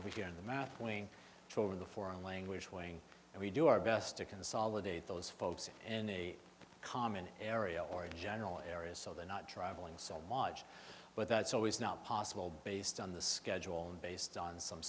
over here in the math wing to over the foreign language wing and we do our best to consolidate those folks in a common area or a general area so they're not traveling so watch but that's always not possible based on the schedule and based on some